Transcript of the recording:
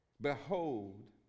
behold